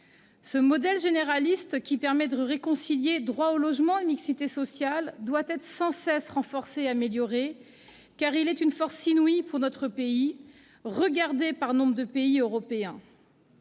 Ce modèle généraliste, qui permet de réconcilier droit au logement et mixité sociale, doit être sans cesse renforcé et amélioré, car il est une force inouïe pour notre pays, regardé par nombre d'autres pays européens.